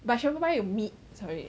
but shepherd pie 有 meat sorry